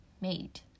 made